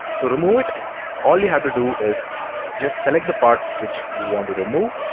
to remove it all you have to do is just select the part which you want to remove